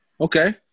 Okay